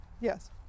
Yes